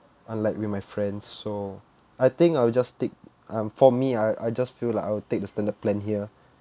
unlike with my friends so I think I'll just take um for me I I just feel like I will take the standard plan here